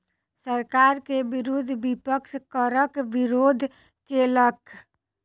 सरकार के विरुद्ध विपक्ष करक विरोध केलक